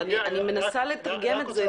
אבל אני מנסה לתרגם את זה.